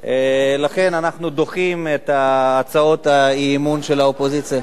לכן אנחנו דוחים את הצעות האי-אמון של האופוזיציה.